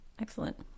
Excellent